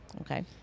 Okay